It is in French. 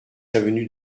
avenue